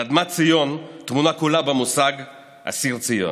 אל אדמת ציון, טמונה כולה במושג הזה, אסיר ציון.